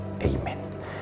Amen